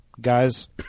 guys